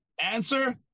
Answer